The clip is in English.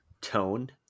tone